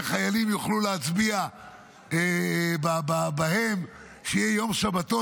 שחיילים יוכלו להצביע בהן, שיהיה יום שבתון.